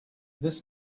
this